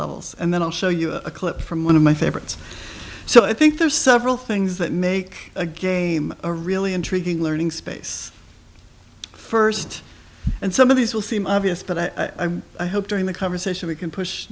levels and then i'll show you a clip from one of my favorites so i think there are several things that make a game a really intriguing learning space first and some of these will seem obvious but i hope during the conversation we can push